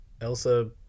Elsa